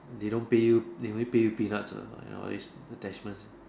they don't pay you they only pay you peanuts lah all these attachment